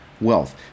wealth